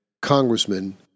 congressman